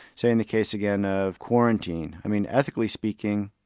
say in the case again ah of quarantine. i mean ethically speaking,